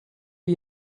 wie